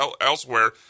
elsewhere –